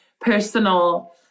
personal